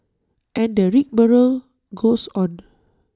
and the rigmarole goes on